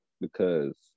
because-